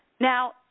Now